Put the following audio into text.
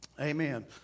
Amen